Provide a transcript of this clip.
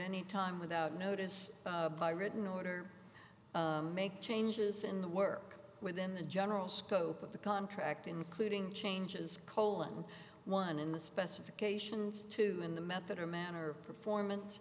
any time without notice by written order to make changes in the work within the general scope of the contract including changes colon one in the specifications two in the method or manner of performance